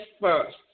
first